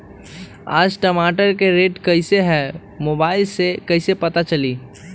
आज टमाटर के रेट कईसे हैं मोबाईल से कईसे पता चली?